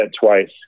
twice